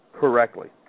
correctly